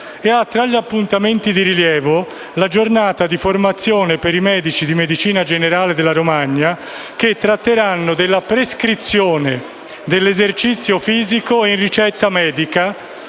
e ha, tra gli appuntamenti di rilievo, la giornata di formazione per i medici di medicina generale della Romagna, che tratteranno della prescrizione dell'esercizio fisico in ricetta medica